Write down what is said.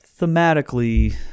thematically